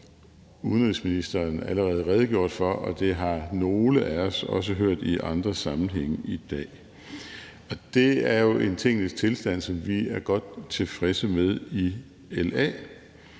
udenrigsministeren allerede redegjort for, og det har nogle af os også hørt i andre sammenhænge i dag. Det er jo en tingenes tilstand, som vi er godt tilfredse med i LA,